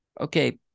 Okay